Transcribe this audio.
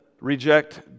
reject